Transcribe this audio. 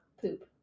poop